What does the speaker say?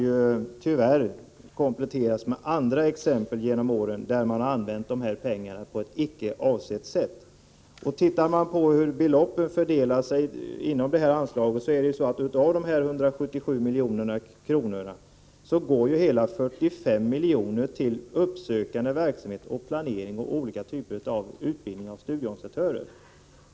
Det kan tyvärr kompletteras med andra exempel på att man genom åren använt de här pengarna på ett icke avsett sätt. Av de 177 milj.kr. som anslaget utgör går hela 45 miljoner till uppsökande verksamhet, planering och olika typer av utbildning av studieorganisatörer.